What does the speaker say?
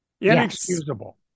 Inexcusable